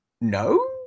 No